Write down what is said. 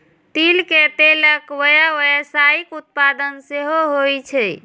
तिल के तेलक व्यावसायिक उत्पादन सेहो होइ छै